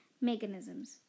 mechanisms